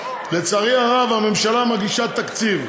לצערי הרב, הממשלה מגישה תקציב,